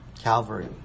Calvary